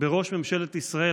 בראש ממשלת ישראל,